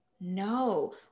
No